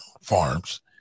Farms